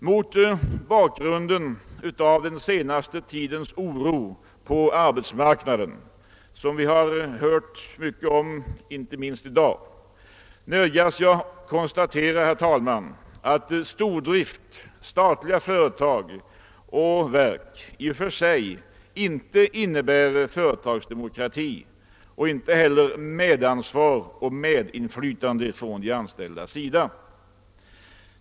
Mot bakgrunden av den senaste tidens oro på arbetsmarknaden, som vi hört mycket om inte minst i dag, nödgas jag konstatera, herr talman, att stordrift, statliga företag och verk i och för sig inte garanterar företagsdemokrati och inte heller medansvar och medinflytande för de anställda.